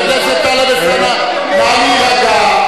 חבר הכנסת טלב אלסאנע, נא להירגע.